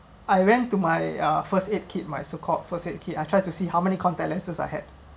I went to my uh first aid kit my so called first aid kit I try to see how many contact lenses I had